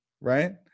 right